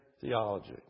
theology